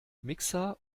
mixer